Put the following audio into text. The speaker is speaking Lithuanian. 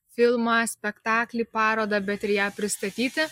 filmą spektaklį parodą bet ir ją pristatyti